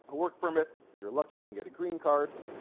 work permit if you're lucky you can get a green card